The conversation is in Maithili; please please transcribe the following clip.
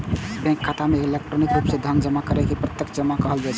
बैंक खाता मे इलेक्ट्रॉनिक रूप मे धन जमा करै के प्रत्यक्ष जमा कहल जाइ छै